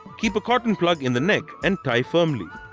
keep a cotton plug in the neck and tie firmly.